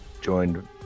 joined